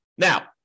Now